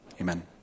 Amen